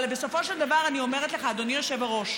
אבל בסופו של דבר, אני אומרת לך, אדוני היושב-ראש,